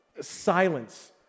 silence